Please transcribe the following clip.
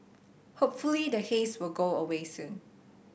hopefully the haze will go away soon